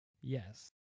Yes